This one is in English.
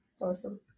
awesome